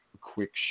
quick